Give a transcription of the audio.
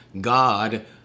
God